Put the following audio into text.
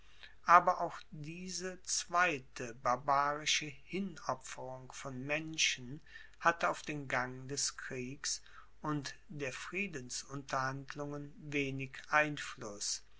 aber auch diese zweite barbarische hinopferung von menschen hatte auf den gang des kriegs und der friedensunterhandlungen wenig einfluß